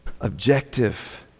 objective